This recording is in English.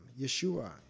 Yeshua